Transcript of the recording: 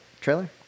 trailer